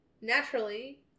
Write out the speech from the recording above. Naturally